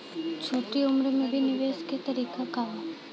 छोटी उम्र में भी निवेश के तरीका क बा?